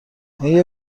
آیا